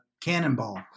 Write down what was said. cannonball